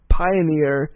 pioneer